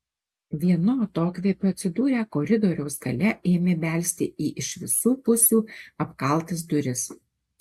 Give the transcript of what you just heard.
vienu atokvėpiu atsidūrę koridoriaus gale ėmė belsti į iš visų pusių apkaltas duris